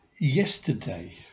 Yesterday